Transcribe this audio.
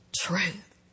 truth